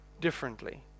differently